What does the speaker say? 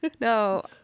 No